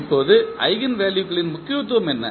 இப்போது ஈஜென்வெல்யூஸ்களின் முக்கியத்துவம் என்ன